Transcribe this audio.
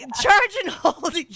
Charge-and-hold